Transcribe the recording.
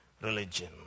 Religion